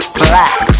black